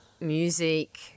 music